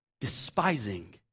despising